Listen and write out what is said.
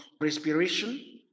respiration